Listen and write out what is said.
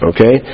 Okay